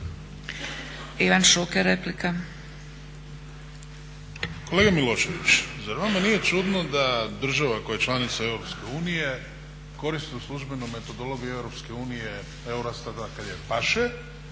Ivan Šuker, replika.